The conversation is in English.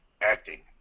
acting